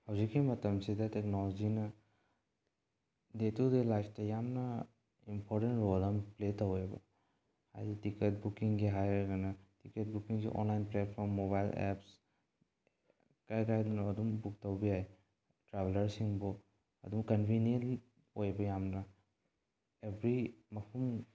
ꯍꯧꯖꯤꯛꯀꯤ ꯃꯇꯝꯁꯤꯗ ꯇꯦꯛꯅꯣꯂꯣꯖꯤꯅ ꯗꯦ ꯇꯨꯗꯦ ꯂꯥꯏꯞꯇ ꯌꯥꯝꯅ ꯏꯝꯄꯣꯔꯇꯦꯟ ꯔꯣꯜ ꯑꯃ ꯄ꯭ꯂꯦ ꯇꯧꯋꯦꯕ ꯍꯥꯏꯗꯤ ꯇꯤꯀꯦꯠ ꯕꯨꯀꯤꯡꯒꯤ ꯍꯥꯏꯔꯒꯅ ꯇꯤꯀꯦꯠ ꯕꯨꯀꯤꯡꯁꯨ ꯑꯣꯟꯂꯥꯏꯟ ꯄ꯭ꯂꯦꯠꯐꯣꯝ ꯃꯣꯕꯥꯏꯜ ꯑꯦꯞꯁ ꯀꯥꯏ ꯀꯥꯏꯗꯅꯣ ꯑꯗꯨꯝ ꯕꯨꯛ ꯇꯧꯕ ꯌꯥꯏ ꯇ꯭ꯔꯥꯕꯦꯂꯔꯁꯤꯡꯕꯨ ꯑꯗꯨꯝ ꯀꯟꯚꯤꯅꯦꯟꯂꯤ ꯑꯣꯏꯕ ꯌꯥꯝꯅ ꯑꯦꯕ꯭ꯔꯤ ꯃꯐꯝ